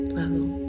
level